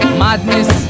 madness